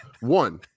One